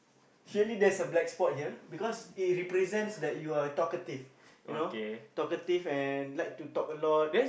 surely there's a black spot here because it represents that you are a talkative you know talkative and like to talk a lot